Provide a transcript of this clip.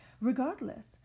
Regardless